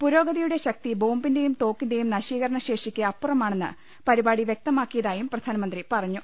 പുരോഗതിയുടെ ശക്തി ബോംബി ന്റേയും തോക്കിന്റേയും നശീകരണശേഷിയ്ക്ക് അപ്പുറമാണെന്ന് പരിപാടി വൃക്തമാക്കിയതായും പ്രധാനമന്ത്രി പറഞ്ഞു